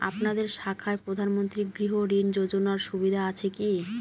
আপনাদের শাখায় প্রধানমন্ত্রী গৃহ ঋণ যোজনার সুবিধা আছে কি?